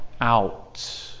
out